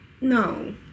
No